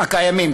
הקיימים.